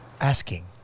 asking